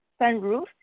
sunroof